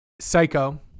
Psycho